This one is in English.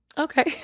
Okay